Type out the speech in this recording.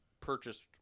purchased